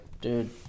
Dude